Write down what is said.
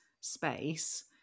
space